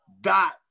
Dot